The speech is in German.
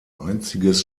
einziges